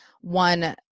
one